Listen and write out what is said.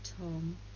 Tom